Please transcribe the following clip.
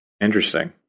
interesting